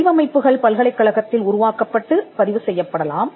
வடிவமைப்புகள் பல்கலைக்கழகத்தில் உருவாக்கப்பட்டுப் பதிவு செய்யப்படலாம்